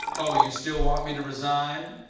oh, you still want me to resign?